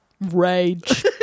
Rage